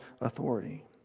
authority